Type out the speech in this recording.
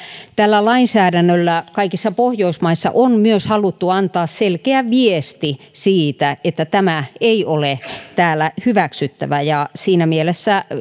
tällä lainsäädännöllä kaikissa pohjoismaissa on myös haluttu antaa selkeä viesti siitä että tämä ei ole täällä hyväksyttävää ja siinä mielessä